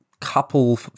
couple